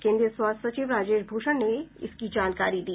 केन्द्रीय स्वास्थ्य सचिव राजेश भूषण ने इसकी जानकारी दी